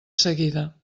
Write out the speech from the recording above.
seguida